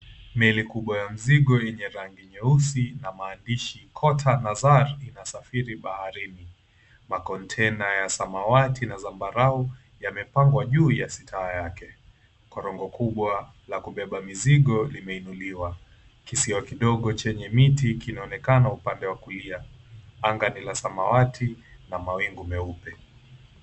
Meli kubwa ya mizigo yenye rangi nyeusi na maandishi Quarter Nazar inasafiri baharini ma container ya samawati na zambarau yamepangwa juu ya sitaya yake. Korongo kubwa la kubeba mizigo, limeinuliwa. Kisiwa kidogo chenye miti kinaonekana upande wa kulia. Anga ni rangi ya samawati na mawingu meupe.